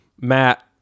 Matt